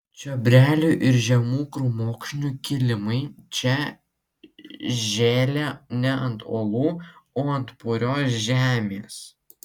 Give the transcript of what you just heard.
čiobrelių ir žemų krūmokšnių kilimai čia žėlė ne ant uolų o ant purios žemės